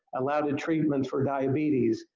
allowed in treatments for diabetes.